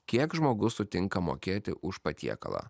kiek žmogus sutinka mokėti už patiekalą